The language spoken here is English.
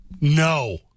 No